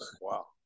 Wow